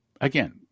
Again